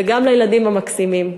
וגם לילדים המקסימים.